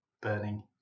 burning